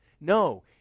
No